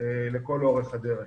לכל אורך הדרך.